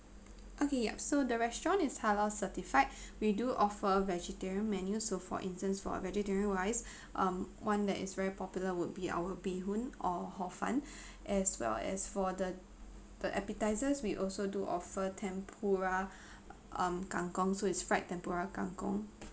okay yup so the restaurant is halal certified we do offer vegetarian menu so for instance for a vegetarian wise um one that is very popular would be our bee hoon or hor fun as well as for the the appetisers we also do offer tempura um kangkong so it's fried tempura kangkong